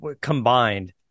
combined